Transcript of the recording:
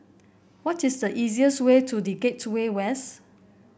what is the easiest way to The Gateway West